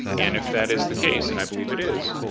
and if that is the case, and i believe it is,